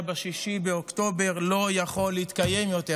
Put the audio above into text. ב-6 באוקטובר לא יכול להתקיים יותר.